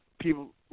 people